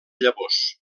llavors